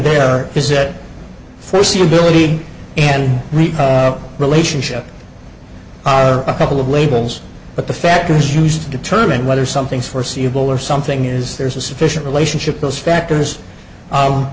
there is it first the ability and the relationship are a couple of labels but the factors used to determine whether something is foreseeable or something is there is a sufficient relationship those factors